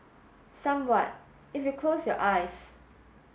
somewhat if you close your eyes